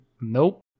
nope